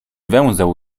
węzeł